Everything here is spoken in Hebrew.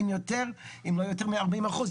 אם לא יותר מ-40 אחוז,